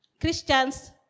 Christians